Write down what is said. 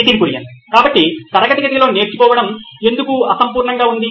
Nitin Kurian COO నోయిన్ electronics కాబట్టి తరగతి గదిలో నేర్చుకోవడం ఎందుకు అసంపూర్ణంగా ఉంది